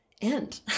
end